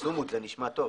צומוד, זה נשמע טוב.